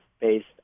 based